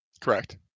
Correct